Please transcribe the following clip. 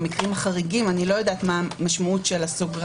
המקרים החריגים אני לא יודעת מה משמעות הסוגריים,